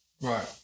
Right